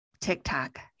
TikTok